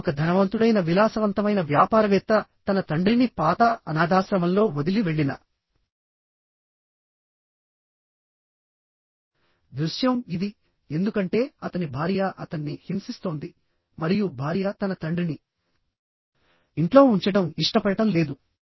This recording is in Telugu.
మళ్ళీ ఒక ధనవంతుడైన విలాసవంతమైన వ్యాపారవేత్త తన తండ్రిని పాత అనాథాశ్రమంలో వదిలి వెళ్ళిన దృశ్యం ఇది ఎందుకంటే అతని భార్య అతన్ని హింసిస్తోంది మరియు భార్య తన తండ్రిని ఇంట్లో ఉంచడం ఇష్టపడటం లేదు